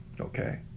okay